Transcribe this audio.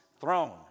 throne